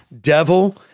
devil